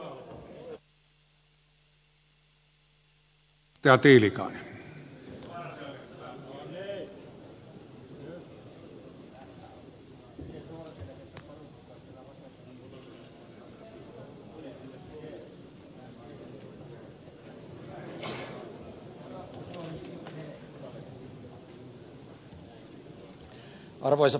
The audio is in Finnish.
arvoisa puhemies